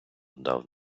дав